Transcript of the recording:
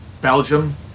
Belgium